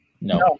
No